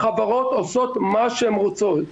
החברות עושות מה שהן רוצות.